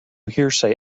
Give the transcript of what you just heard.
hearsay